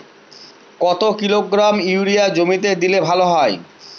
কত kilogram urea জমিতে দিলে ভালো হয়?